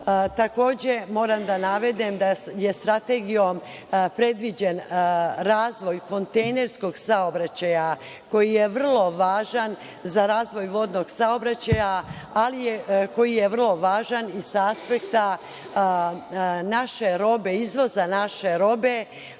standarda. Moram da navedem da je strategijom predviđen razvoj kontejnerskog saobraćaja koji je vrlo važan za razvoj vodnog saobraćaja, ali i koji je vrlo važan sa aspekta naše robe, izvoza naše robe